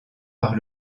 par